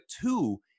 two